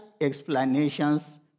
explanations